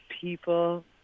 people